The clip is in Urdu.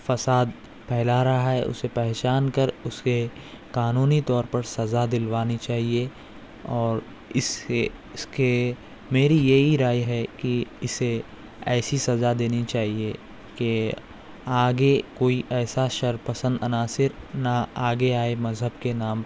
فساد پھیلا رہا ہے اسے پہچان کر اسے قانونی طور پر سزا دلوانی چاہیے اور اس سے اس کے میری یہی رائے ہے کہ اسے ایسی سزا دینی چاہیے کہ آگے کوئی ایسا شرپسند عناصر نہ آگے آئے مذہب کے نام